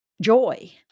joy